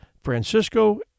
Francisco